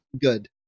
good